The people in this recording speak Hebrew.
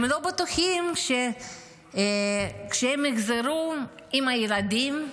הם לא בטוחים שכשהם יחזרו עם הילדים,